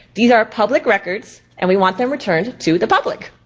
these are public records and we want them returned to the public.